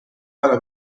para